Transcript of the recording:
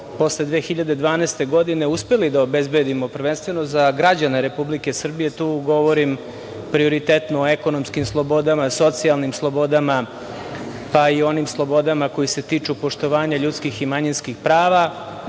posle 2012. godine, uspeli da obezbedimo, prvenstveno za građane Republike Srbije, tu govorim prioritetno o ekonomskim slobodama, socijalnim slobodama, pa i onim slobodama koje se tiču poštovanja ljudskih i manjinskih prava.